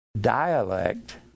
dialect